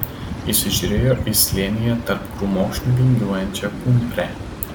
įsižiūrėjo į slėnyje tarp krūmokšnių vingiuojančią kumprę